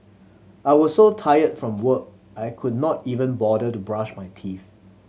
I was so tired from work I could not even bother to brush my teeth